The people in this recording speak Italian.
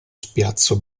spiazzo